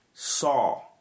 saw